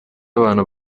abantu